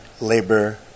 labor